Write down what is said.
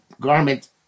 garment